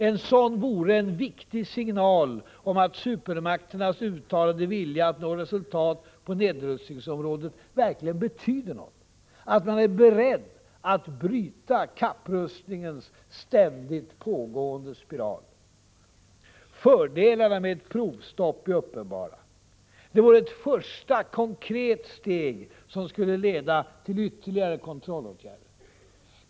Ett sådant vore en viktig signal om att supermakternas uttalade vilja att nå resultat på nedrustningsområdet verkligen betyder något, att man är beredd att bryta kapprustningens ständigt uppåtgående spiral. Fördelarna med ett provstopp är uppenbara. Det vore ett första konkret steg som kunde leda till ytterligare kontrollåtgärder.